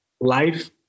Life